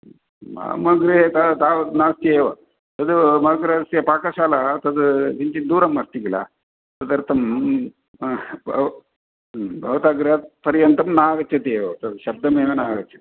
मम गृहे तावत् तावत् नास्ति एव तद् मम गृहस्य पाकशाला तद् किञ्चित् दूरम् अस्ति खिल तदर्थं भव् भवतः गृहपर्यन्तं नागच्छति एव तत् शब्दमेव नागच्छति